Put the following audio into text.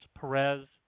Perez